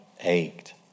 ached